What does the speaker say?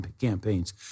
campaigns